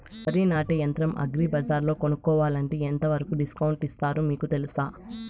వరి నాటే యంత్రం అగ్రి బజార్లో కొనుక్కోవాలంటే ఎంతవరకు డిస్కౌంట్ ఇస్తారు మీకు తెలుసా?